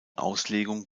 auslegung